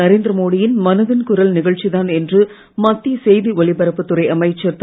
நரேந்திர மோடி யின் மனதின் குரல் நிகழ்ச்சிதான் என்று மத்திய செய்தி ஒலிபரப்புத் துறை அமைச்சர் திரு